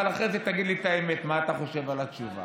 אבל אחרי זה תגיד לי את האמת מה אתה חושב על התשובה.